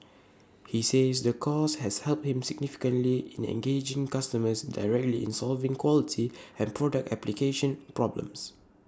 he says the course has helped him significantly in engaging customers directly in solving quality and product application problems